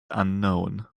unknown